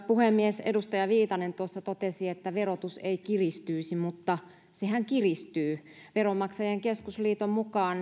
puhemies edustaja viitanen tuossa totesi että verotus ei kiristyisi mutta sehän kiristyy veronmaksajain keskusliiton mukaan